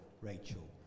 Rachel